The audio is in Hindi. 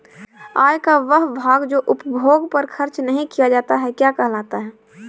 आय का वह भाग जो उपभोग पर खर्च नही किया जाता क्या कहलाता है?